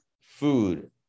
food